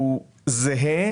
היא זהה